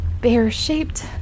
bear-shaped